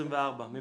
49 מי